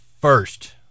first